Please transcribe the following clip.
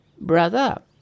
Brother